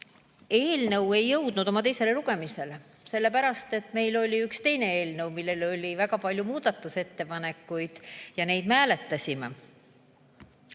3652.Eelnõu ei jõudnud teisele lugemisele, sellepärast et meil oli üks teine eelnõu, mille kohta oli tehtud väga palju muudatusettepanekuid ja neid me hääletasime.